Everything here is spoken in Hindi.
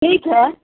ठीक है